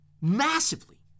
massively